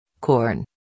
corn